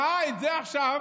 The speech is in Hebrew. ראה את זה עכשיו,